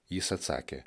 jis atsakė